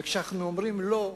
וכשאנחנו אומרים לא,